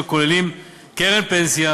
הכוללים קרן פנסיה,